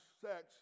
sex